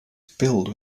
filled